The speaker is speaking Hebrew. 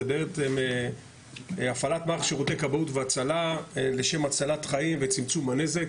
זה בעצם הפעלת מערך שירותי כבאות והצלה לשם הצלת חיים וצמצום הנזק.